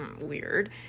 weird